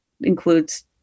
includes